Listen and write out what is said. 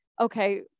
okay